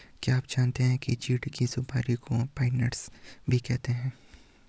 क्या आप जानते है चीढ़ की सुपारी को पाइन नट्स भी कहते है?